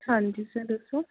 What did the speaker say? ਹਾਂਜੀ ਸਰ ਦੱਸੋ